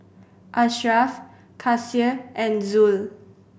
Ashraf Kasih and Zul